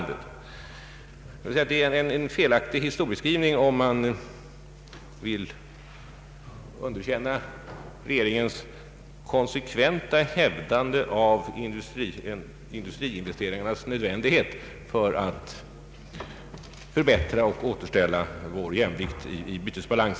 Det är en felaktig historieskrivning om man vill underkänna regeringens konsekventa hävdande av industriinvesteringarnas nödvändighet för att förbättra och återställa jämvikten i vår bytesbalans.